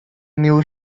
new